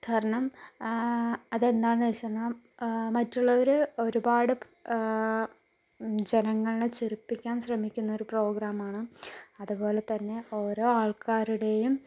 കാരണം അതെന്താണെന്ന് വച്ച് പറഞ്ഞാൽ മറ്റുള്ളവർ ഒരുപാട് ജനങ്ങളെ ചിരിപ്പിക്കാൻ ശ്രമിക്കുന്ന ഒരു പ്രോഗ്രാം ആണ് അതുപോലെ തന്നെ ഓരോ ആൾക്കാരുടെയും